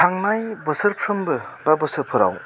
थांनाय बोसोरफ्रोबो बा बोसोरफ्राव